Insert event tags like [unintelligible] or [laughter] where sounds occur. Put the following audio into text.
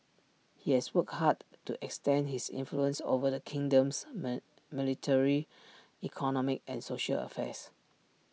he has worked hard to extend his influence over the kingdom's [unintelligible] military economic and social affairs